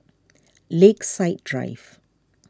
Lakeside Drive